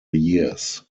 years